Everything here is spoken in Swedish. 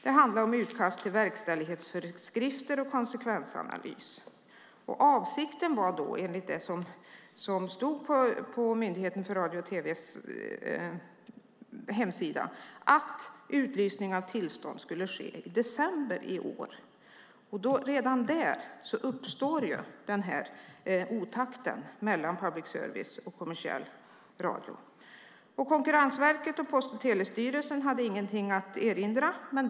Det handlade om utkast till verkställighetsföreskrifter och konsekvensanalys. Avsikten var, enligt vad som stod på Myndigheten för radio och tv:s hemsida, att utlysning av tillstånd skulle ske i december i år. Redan där uppstår en otakt mellan public service och kommersiell radio. Konkurrensverket och Post och telestyrelsen hade ingenting att erinra.